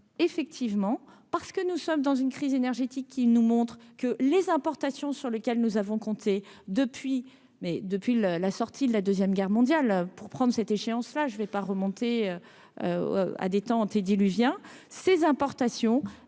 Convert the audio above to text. effectivement parce que nous sommes dans une crise énergétique qui nous montre que les importations sur lequel nous avons compté depuis mai depuis le la sortie de la 2ème guerre mondiale pour prendre cette échéance là, je vais pas remonter à des temps antédiluviens ses importations,